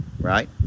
right